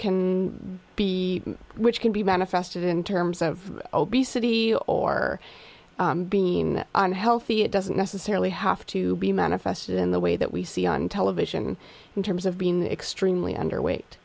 can be which can be manifested in terms of obesity or being unhealthy it doesn't necessarily have to be manifested in the way that we see on television in terms of being extremely underweight